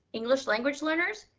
english language learners,